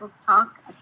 talk